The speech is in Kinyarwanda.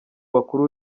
bakuru